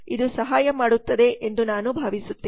ಇದು ಸಹಾಯ ಮಾಡುತ್ತದೆ ಎಂದು ನಾನು ಭಾವಿಸುತ್ತೇನೆ